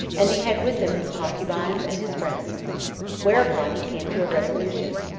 and he had with him his concubines and his friends whereupon he came to a resolution,